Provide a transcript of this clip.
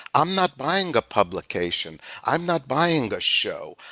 i'm not buying a publication. i'm not buying the show.